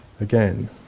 again